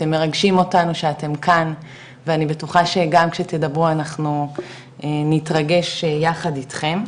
אתם מרגשים אותנו שאתם כאן ואני בטוחה שגם שתדברו אנחנו נתרגש יחד אתכם,